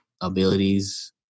abilities